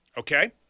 Okay